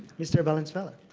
mr. valenzuela.